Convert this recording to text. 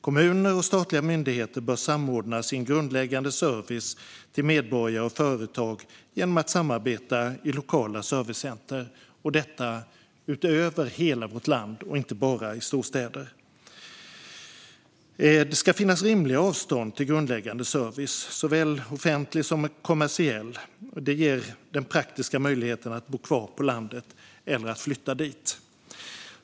Kommuner och statliga myndigheter bör samordna sin grundläggande service till medborgare och företag genom att samarbeta i lokala servicecenter. Detta gäller över hela vårt land, inte bara i storstäder. Det ska vara rimliga avstånd till grundläggande service, såväl offentlig som kommersiell. Detta ger den praktiska möjligheten att bo kvar på landet eller att flytta dit.